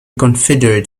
confederate